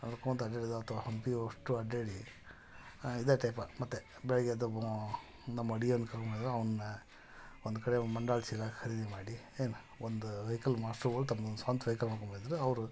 ನಡ್ಕೋತ ಅಡ್ಡಾಡಿ ಹಂಪಿ ಅಷ್ಟು ಅಡ್ಡಾಡಿ ಇದೇ ಟೈಪ ಮತ್ತೆ ಬೆಳಿಗ್ಗೆ ಎದ್ದು ನಮ್ಮ ಅಡಿಗೆಯವನ್ನ ಕರ್ಕೋಹೋಗಿದ್ದೆವಲ್ಲ ಅವನ್ನ ಒಂದು ಕಡೆ ಮಂಡಾಳು ಚೀಲ ಖರೀದಿ ಮಾಡಿ ಏನು ಒಂದು ವೆಯ್ಕಲ್ ಮಾಡ್ಸಿ ತಮ್ಮ ಸ್ವಂತ ವೆಯ್ಕಲ್ ಮಾಡ್ಕೊಂಬಂದಿದ್ದರು ಅವರು